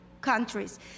countries